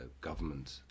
government